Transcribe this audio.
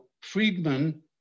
Friedman